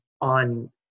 on